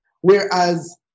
Whereas